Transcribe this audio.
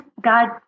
God